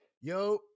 Yo